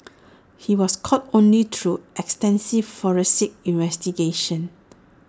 he was caught only through extensive forensic investigations